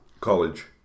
college